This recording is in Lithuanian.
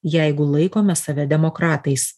jeigu laikome save demokratais